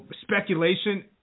speculation